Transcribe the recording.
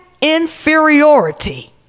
inferiority